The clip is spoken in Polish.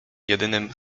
jedynym